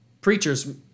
preachers